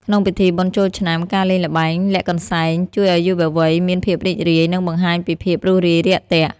ក្នុងពិធីបុណ្យចូលឆ្នាំ ការលេងល្បែង "លាក់កន្សែង" ជួយឱ្យយុវវ័យមានភាពរីករាយ និងបង្ហាញពីភាពរួសរាយរាក់ទាក់។